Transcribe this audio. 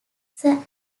sir